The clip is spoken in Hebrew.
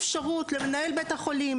החיים האמיתיים.